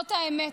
זאת האמת.